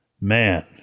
man